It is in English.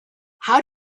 how